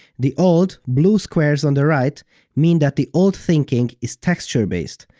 the old, blue squares on the right mean that the old thinking is texture-based,